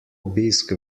obisk